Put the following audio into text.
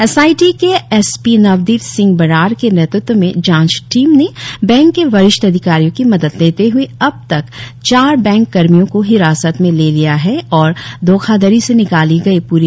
S I T के S P Navdeep Singh Brar के नेतृत्व में जांच टीम ने बैंक के वरिष्ठ अधिकारियं की मदद लेते हुए अब तक चार बैंक कर्मियों को हिरासत में ले लिया गया है और धोखाधड़ी से निकाली गई पूरी रकम बरामद कर ली गई है